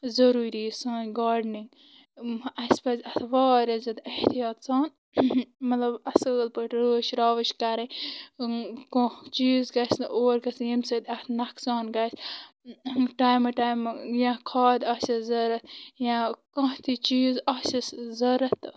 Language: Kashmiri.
ضٔروٗری سٲنۍ گاڈنِنٛگ اَسہِ پَزِ اَصٕل واریاہ زیادٕ احتیاط سان مطلب اَصل پٲٹھۍ رٲچھِ راوٕچھ کَرٕنۍ کانٛہہ چیٖز گژھنہٕ اور گژھٕنۍ ییٚمۍ سۭتۍ اَتھ نۄقصان گژھِ ٹایمہٕ ٹایمہٕ یا خاد آسٮ۪س ضوٚرَتھ یا کانٛہہ تہِ چیٖز آسٮ۪س ضوٚرَتھ